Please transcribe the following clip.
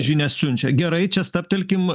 žinią siunčia gerai čia stabtelkim